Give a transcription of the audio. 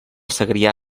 segrià